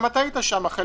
גם אתה היית שם.